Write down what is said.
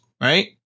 right